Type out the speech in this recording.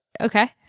Okay